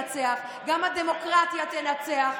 הצבעתם נגד חוק הגירוש, תתביישו לכם.